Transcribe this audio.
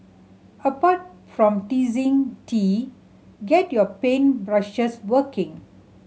apart from teasing tea get your paint brushes working